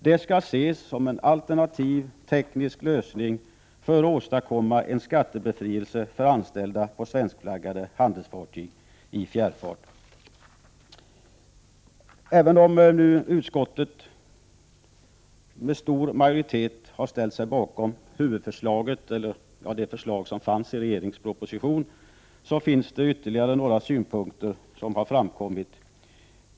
Det skall ses som en alternativ teknisk lösning för att åstadkomma en skattebefrielse för anställda på svenskflaggade handelsfartyg i fjärrfart. Även om utskottet nu med stor majoritet har ställt sig bakom huvudförslaget i regeringens proposition har det framkommit ytterligare några synpunkter.